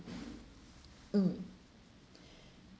mm